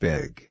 Big